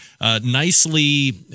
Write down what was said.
nicely